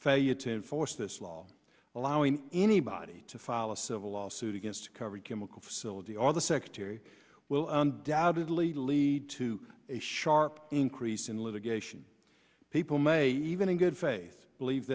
failure to enforce this law allowing anybody to file a civil lawsuit against a covered chemical facility or the secretary will undoubtedly lead to a sharp increase in litigation people may even in good faith believe